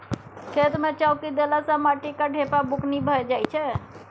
खेत मे चौकी देला सँ माटिक ढेपा बुकनी भए जाइ छै